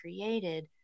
created